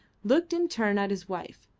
looked in turn at his wife,